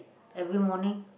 every morning